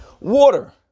water